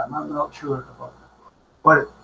not sure about but